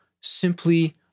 simply